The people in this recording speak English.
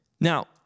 Now